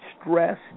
stress